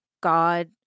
God